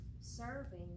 serving